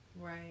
Right